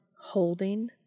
holding